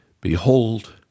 Behold